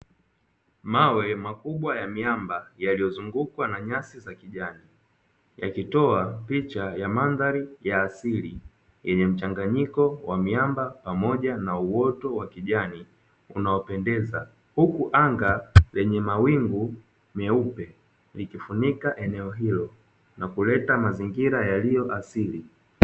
Mawe makubwa ya miamba yaliyozungukwa na nyasi za kijani, yakitoa picha ya mandhari ya asili yenye mchanganyiko wa miamba pamoja na uoto wa kijani unaopendeza, huku anga lenye mawingu meupe, likifunika eneo hilo na kuleta mazingira yaliyo asili.